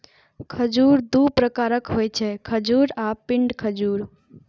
खजूर दू प्रकारक होइ छै, खजूर आ पिंड खजूर